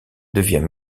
devient